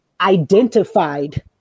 identified